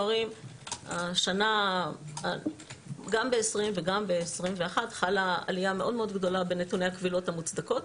גם ב-2020 וגם ב-2021 חלה עלייה מאוד גדולה בנתוני הקבילות המוצדקות.